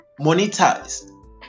monetized